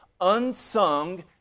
unsung